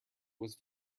was